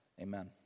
Amen